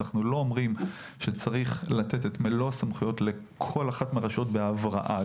אנחנו לא אומרים שצריך לתת את מלוא הסמכויות לכל אחת מהרשויות בהבראה,